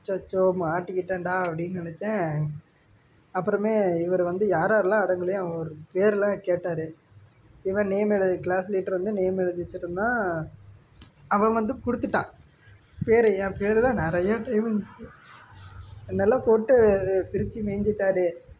அச்சச்சோ மாட்டிக்கிட்டோன்டா அப்படின்னு நெனைச்சேன் அப்புறமே இவர் வந்து யார் யாரெல்லாம் அடங்கலையோ அவங்களோட பேர் எல்லாம் கேட்டார் இவன் நேம் எழுதி கிளாஸ் லீடரு வந்து நேம் எழுதி வெச்சுருந்தான் அவன் வந்து கொடுத்துட்டான் பேர் என் பேர் தான் நிறையா டைம் இருந்திச்சு அது நல்லா போட்டு பிரித்து மேய்ஞ்சிட்டாரு